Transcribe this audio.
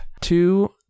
two